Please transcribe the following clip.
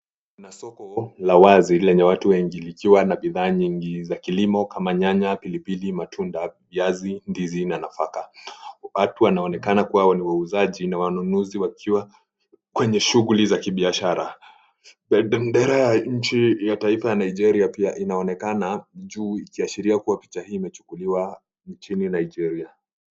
Kuna soko la wazi lenye watu wengi likiwa na bidhaa nyingi za kilimo kama nyanya, pilipili, matunda, viazi, ndizi na nafaka. Watu wanaonekana kuwa nai wauzaji na wanunuzi wakiwa kwenye shuguli za kibiashara. Bendera ya nchi ya taifa ya Nigeria pia inaonekana juu ikiashiria kuwa picha hii imechukuliwa nchini Nigeria.